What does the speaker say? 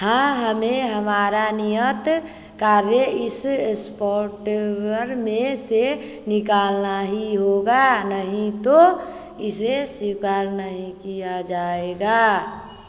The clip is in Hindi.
हाँ हमें हमारा नियत कार्य इस सॉफ़्टवेयर में से निकालना ही होगा नहीं तो इसे स्वीकार नहीं किया जाएगा